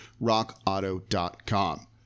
RockAuto.com